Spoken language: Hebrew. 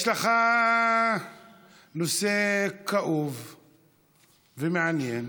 יש לך נושא כאוב ומעניין,